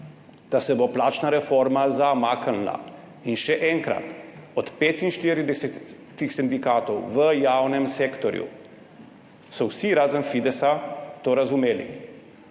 da se bo plačna reforma zamaknila. In še enkrat, od 45 sindikatov v javnem sektorju so vsi razen Fidesa to razumeli.